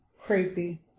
Creepy